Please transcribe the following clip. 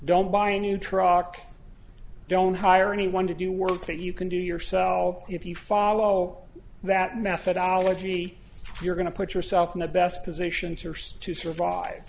don't buy a new truck don't hire anyone to do work that you can do yourself if you follow that methodology if you're going to put yourself in the best position to to survive